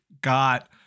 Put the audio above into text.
got